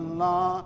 la